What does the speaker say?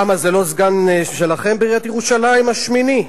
למה, זה לא סגן שלכם בעיריית ירושלים, השמיני?